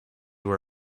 were